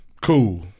Cool